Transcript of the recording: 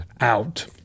out